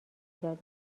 دادم